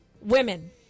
women